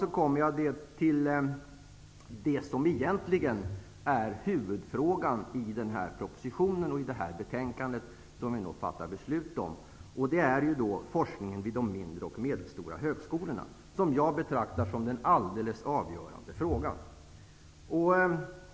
Sedan kommer jag till det som egentligen är huvudfrågan i den här propositionen och i det betänkande som vi nu skall fatta beslut om. Det är forskningen vid de mindre och medelstora högskolorna. Jag betraktar det som den alldeles avgörande frågan.